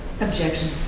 Objection